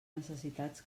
necessitats